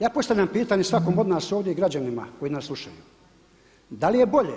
Ja postavljam pitanje svakom od nas ovdje i građanima koji nas slušaju, da li je bolje